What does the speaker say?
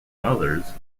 others